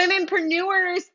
womenpreneurs